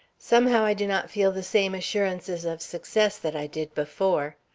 somehow i do not feel the same assurances of success that i did before.